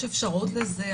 יש אפשרות לזה,